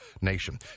nation